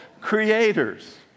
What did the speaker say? Creators